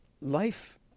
life